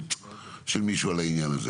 לבעלות של מישהו על העניין הזה,